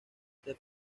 the